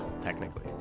technically